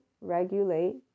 regulate